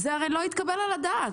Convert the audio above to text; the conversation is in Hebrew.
זה הרי לא מתקבל על הדעת.